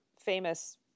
famous